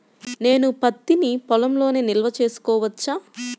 నేను పత్తి నీ పొలంలోనే నిల్వ చేసుకోవచ్చా?